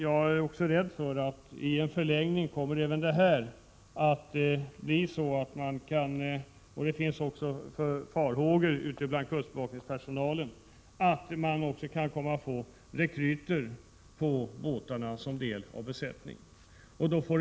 Jag är också rädd för att det i förlängningen kommer att bli så — och det finns farhågor för det bland kustbevakningens personal — att rekryter kommer att utgöra en del av besättnigen på båtarna.